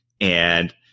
And-